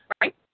Right